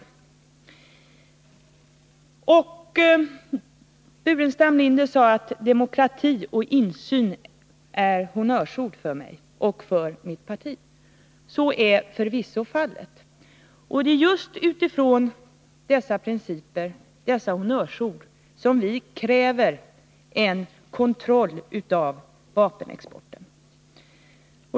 Staffan Burenstam Linder sade att demokrati och insyn är honnörsord för mig och mitt parti. Så är förvisso fallet. Det är just utifrån dessa principer, dessa honnörsord, som vi kräver en kontroll av vapenexporten.